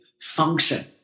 function